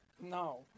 No